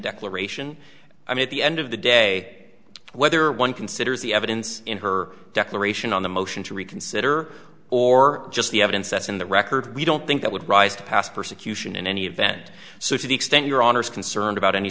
declaration i mean at the end of the day whether one considers the evidence in her declaration on the motion to reconsider or just the evidence that's in the record we don't think that would rise to past persecution in any event so to the extent your honor is concerned about any